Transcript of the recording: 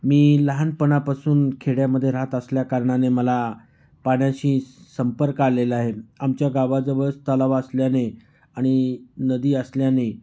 मी लहानपणापासून खेड्यामध्ये राहत असल्याकारणाने मला पाण्याशी संपर्क आलेला आहे आमच्या गावाजवळच तलाव असल्याने आणि नदी असल्याने